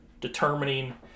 determining